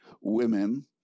Women